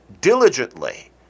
diligently